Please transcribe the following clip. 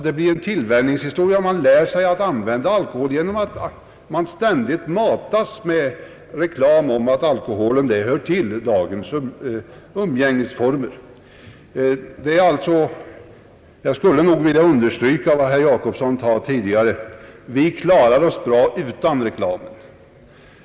Det blir en tillvänjning, man lär sig att använda alkohol genom att man ständigt matas med reklam som säger att alkoholen hör till dagens umgängesformer. Jag skulle vilja understryka vad herr Jacobsson sade tidigare: Vi klarar oss bra utan reklam!